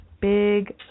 Big